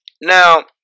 Now